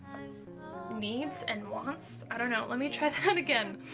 needs and wants. i don't know, let me try that again.